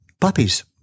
puppies